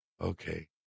okay